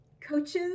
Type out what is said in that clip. coaches